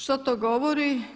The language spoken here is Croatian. Što to govori?